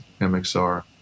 MXR